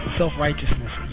self-righteousness